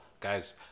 guys